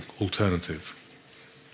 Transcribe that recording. alternative